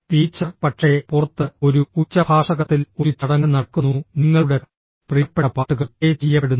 teacher പക്ഷേ പുറത്ത് ഒരു ഉച്ചഭാഷകത്തിൽ ഒരു ചടങ്ങ് നടക്കുന്നു നിങ്ങളുടെ പ്രിയപ്പെട്ട പാട്ടുകൾ പ്ലേ ചെയ്യപ്പെടുന്നു